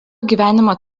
gyvenimo